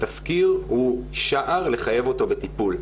התסקיר הוא שער לחייב אותו בטיפול.